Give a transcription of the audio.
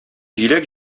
җиләк